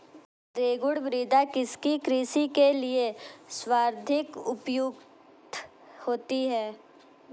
रेगुड़ मृदा किसकी कृषि के लिए सर्वाधिक उपयुक्त होती है?